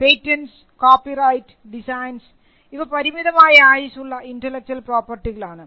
patents copyright designs ഇവ പരിമിതമായ ആയുസ്സുള്ള ഇൻൻറലെക്ച്വൽ പ്രോപർട്ടികളാണ്